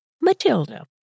Matilda